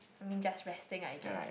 I mean just resting I guess